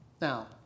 Now